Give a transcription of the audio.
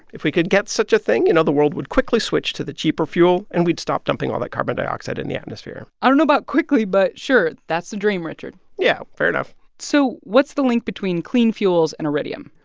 if we could get such a thing, you and know, the world would quickly switch to the cheaper fuel, and we'd stop dumping all that carbon dioxide in the atmosphere i don't know about quickly, but sure. that's the dream, richard yeah, fair enough so what's the link between clean fuels and iridium?